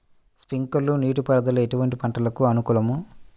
Sprinkler నీటిపారుదల ఎటువంటి పంటలకు అనుకూలము?